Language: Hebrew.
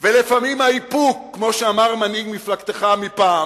ולפעמים האיפוק, כמו שאמר מנהיג מפלגתך מפעם,